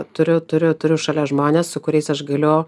turiu turiu turiu šalia žmones su kuriais aš galiu